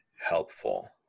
helpful